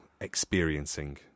experiencing